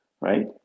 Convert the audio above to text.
right